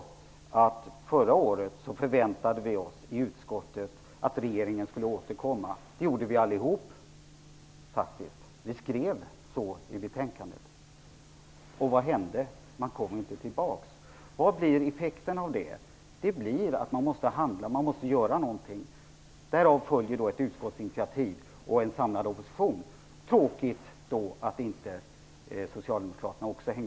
Förra året förväntade vi oss i utskottet att regeringen skulle återkomma. Det gjorde vi faktiskt allihop. Vi skrev så i betänkandet. Men vad hände? Regeringen kom inte tillbaka. Vad blir effekten av det? Den blir att man måste göra någonting. Därav följer ett utskottsinitiativ av en samlad opposition. Det är tråkigt att inte också Socialdemokraterna anslöt sig.